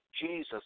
Jesus